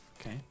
Okay